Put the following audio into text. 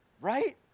right